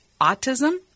autism